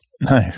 no